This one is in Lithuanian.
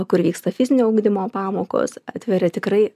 kur vyksta fizinio ugdymo pamokos atveria tikrai